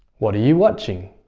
what are you watching?